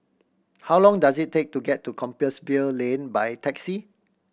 how long does it take to get to Compassvale Lane by taxi